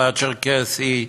על הצ'רקסי,